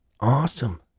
Awesome